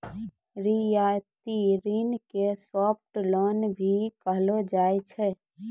रियायती ऋण के सॉफ्ट लोन भी कहलो जाय छै